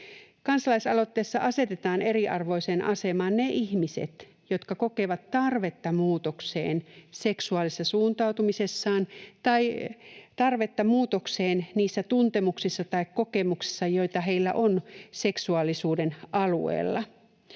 Kansalaisaloitteessa asetetaan eriarvoiseen asemaan ne ihmiset, jotka kokevat tarvetta muutokseen seksuaalisessa suuntautumisessaan tai tarvetta muutokseen niissä tuntemuksissa tai kokemuksissa, joita heillä on seksuaalisuuden alueella.